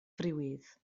friwydd